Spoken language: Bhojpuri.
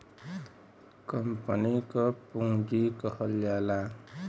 कंपनी क पुँजी कहल जाला